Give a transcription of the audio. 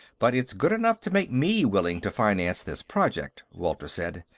but it's good enough to make me willing to finance this project, walter said.